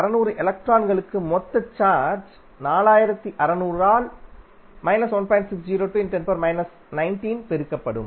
4600 எலக்ட்ரான்களுக்கு மொத்த சார்ஜ் 4600 ஆல் பெருக்கப்படும்